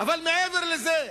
אבל מעבר לזה,